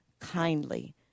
kindly